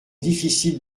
difficile